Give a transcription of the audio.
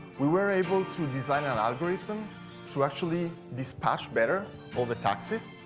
we were able to design an algorithm to actually dispatch better all the taxis.